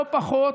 לא פחות,